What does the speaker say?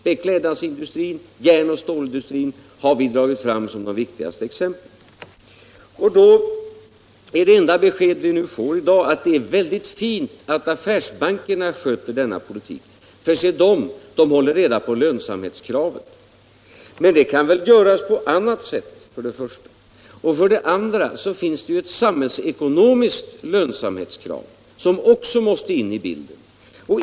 Beklädnadsindustrin, järnoch stålindustrin har vi dragit fram som de viktigaste exemplen. Det enda besked vi får i dag är att det är väldigt fint att affärsbankerna sköter denna politik, för de håller reda på lönsamhetskravet. Men det kan väl för det första göras på annat sätt. För det andra finns det ju ett samhällsekonomiskt lönsamhetskrav som också måste in i bilden.